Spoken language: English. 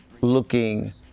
looking